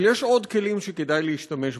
אבל יש עוד כלים שכדאי להשתמש בהם,